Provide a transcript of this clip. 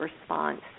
response